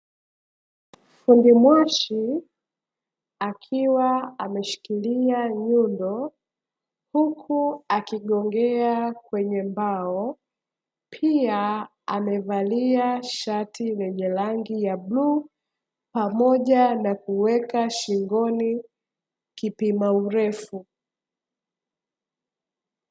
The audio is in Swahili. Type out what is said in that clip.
Fundi mwashi akiwa ameshikilia nyundo huku akigongea kwenye mbao, pia amevalia shati lenye rangi ya bluu pamoja nakuweka shingoni kipima urefu.